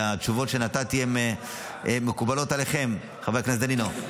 התשובות שנתתי מקובלות עליכם, חבר הכנסת דנינו?